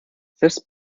selbst